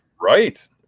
Right